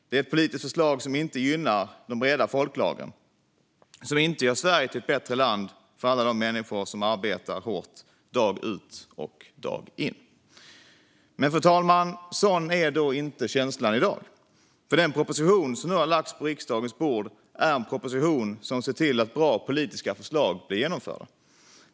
Det är ett politiskt förslag som inte gynnar de breda folklagren och som inte gör Sverige till ett bättre land för alla de människor som arbetar hårt dag ut och dag in. Men, fru talman, sådan är inte känslan i dag. Den proposition som nu har lagts på riksdagens bord är nämligen en proposition som ser till att bra politiska förslag blir genomförda.